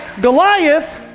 Goliath